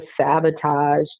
sabotage